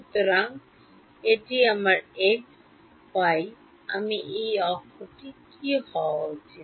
সুতরাং এটি আমার এক্স ওয়াই আমি এই অক্ষটি কী হওয়া উচিত